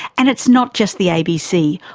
and it's not just the abc,